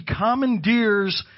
commandeers